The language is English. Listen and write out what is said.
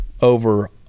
over